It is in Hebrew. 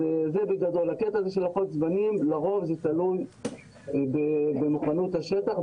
נושא לוחות הזמנים לרוב תלוי במוכנות השטח,